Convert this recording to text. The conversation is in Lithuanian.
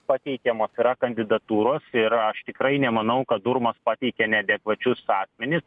pateikiamos yra kandidatūros ir aš tikrai nemanau kad urmas pateikia neadekvačius asmenis